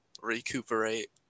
recuperate